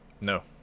No